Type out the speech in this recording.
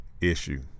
issue